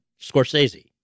Scorsese